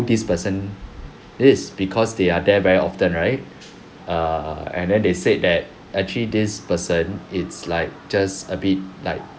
this person is because they are there very often right err and then they said that actually this person it's like just a bit like